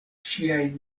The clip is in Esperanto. ŝiajn